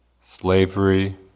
slavery